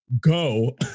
Go